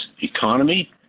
economy